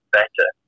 better